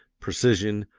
precision,